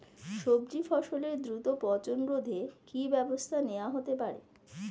সবজি ফসলের দ্রুত পচন রোধে কি ব্যবস্থা নেয়া হতে পারে?